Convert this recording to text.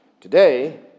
today